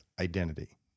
identity